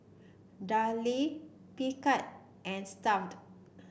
Darlie Picard and Stuff'd